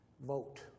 vote